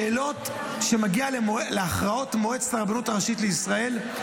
שאלות שמגיעות להכרעות מועצת הרבנות הראשית לישראל,